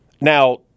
Now